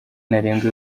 ntarengwa